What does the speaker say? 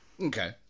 Okay